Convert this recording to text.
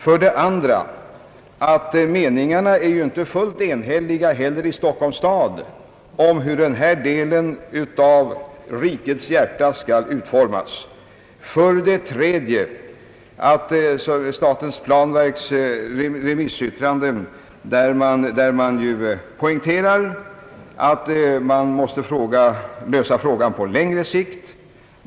För det andra är meningarna inte odelade i Stockholms stad om hur denna del av rikets hjärta skall utformas. För det tredje poängteras det i statens planverks remissyttrande att frågan måste lösas på längre sikt.